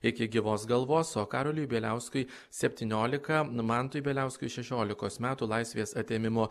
iki gyvos galvos o karoliui bieliauskui septynioliką mantui bieliauskui šešiolikos metų laisvės atėmimo